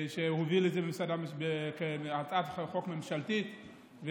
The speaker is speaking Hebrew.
שהוביל את זה כהצעת חוק ממשלתית,